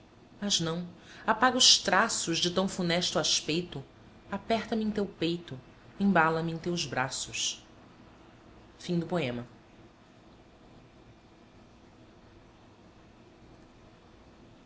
mas não apaga os traços de tão funesto aspeito aperta me em teu peito embala me em teus braços a